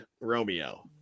Romeo